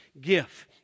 gift